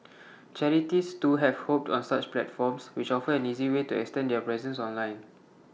charities too have hopped on such platforms which offer an easy way to extend their presence online